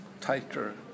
tighter